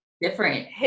different